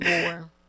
more